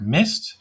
Mist